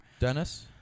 Dennis